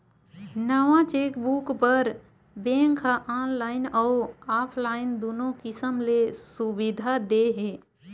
नवा चेकबूक बर बेंक ह ऑनलाईन अउ ऑफलाईन दुनो किसम ले सुबिधा दे हे